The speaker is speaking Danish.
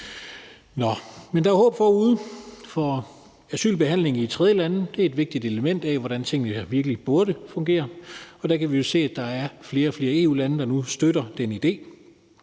er jo håb forude, for asylbehandlingen i tredjelande er et vigtigt element i, hvordan tingene her virkelig burde fungere, og der kan vi jo se, at der er flere og flere EU-lande, der nu støtter den idé.